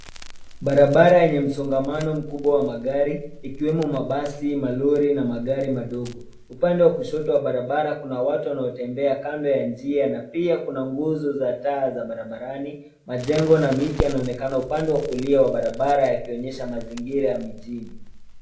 Barabara yenye msongamano mkubwa wa magari ikiwemo mabasi, malori na magari madogo. Upande wa kushoto wa barabara kuna watu wanaotembea kando ya njia na pia kuna nguzo za taa za barabarani, majengo na miti yanaonekana upande wa kulia wa barabara yakionyesha mazingira ya mijini.